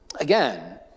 Again